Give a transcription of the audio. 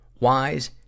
wise